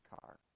car